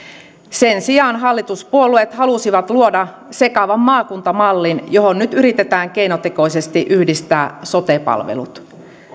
sen sijaan hallituspuolueet halusivat luoda sekavan maakuntamallin johon nyt yritetään keinotekoisesti yhdistää sote palvelut